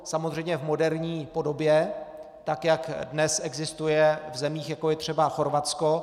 Samozřejmě v moderní podobě, tak jak dnes existuje v zemích, jako je třeba Chorvatsko.